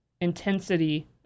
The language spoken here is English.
intensity